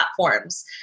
platforms